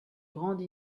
grande